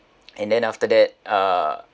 and then after that uh